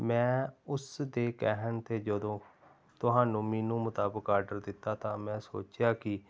ਮੈਂ ਉਸ ਦੇ ਕਹਿਣ 'ਤੇ ਜਦੋਂ ਤੁਹਾਨੂੰ ਮੀਨੂ ਮੁਤਾਬਕ ਆਰਡਰ ਦਿੱਤਾ ਤਾਂ ਮੈਂ ਸੋਚਿਆ ਕਿ